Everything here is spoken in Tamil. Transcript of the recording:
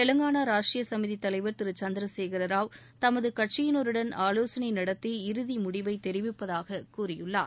தெலங்கானா ராஷ்ட்ரீய சுமிதி தலைவர் திரு சந்திரசேகரராவ் தமது கட்சியினருடன் ஆலோசனை நடத்தி இறுதி முடிவை தெரிவிப்பதாகக் கூறியுள்ளார்